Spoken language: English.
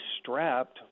strapped